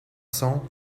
cents